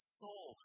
soul